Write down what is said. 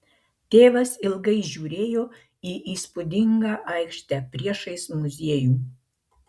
tėvas ilgai žiūrėjo į įspūdingą aikštę priešais muziejų